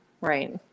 right